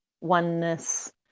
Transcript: oneness